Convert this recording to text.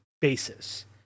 basis